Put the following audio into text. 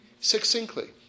succinctly